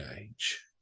age